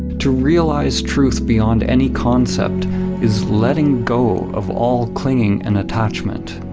to realize truth beyond any concept is letting go of all clinging and attachment,